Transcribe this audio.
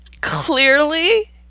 clearly